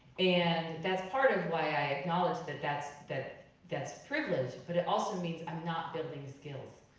and that's part of why i acknowledge that that's that that's privilege, but it also means i'm not building skills.